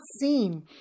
seen